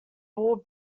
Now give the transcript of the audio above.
ball